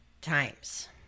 times